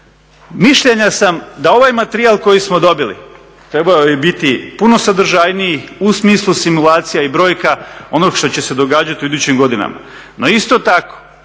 mišljenja sam da ovaj materijal koji smo dobili trebao je biti puno sadržajniji u smislu simulacija i brojka onog što će se događati u idućim godinama. No isto tako